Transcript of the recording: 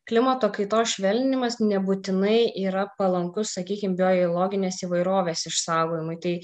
klimato kaitos švelninimas nebūtinai yra palankus sakykim biologinės įvairovės išsaugojimui tai